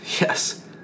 Yes